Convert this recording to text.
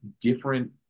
different